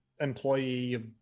employee